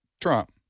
Trump